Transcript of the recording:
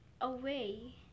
away